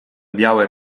białe